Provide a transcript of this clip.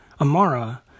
Amara